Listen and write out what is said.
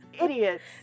Idiots